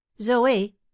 Zoe